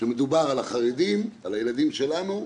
שדובר בהן על החרדים, על הילדים שלנו,